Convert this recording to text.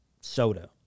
soda